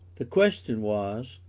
the question was,